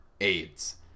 aids